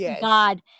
God